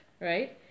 right